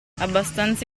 abbastanza